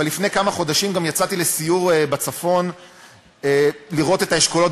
אבל לפני כמה חודשים גם יצאתי לסיור בצפון לראות את האשכולות,